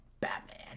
Batman